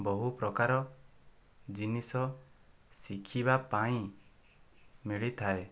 ବହୁ ପ୍ରକାର ଜିନିଷ ଶିଖିବା ପାଇଁ ମିଳିଥାଏ